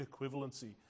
equivalency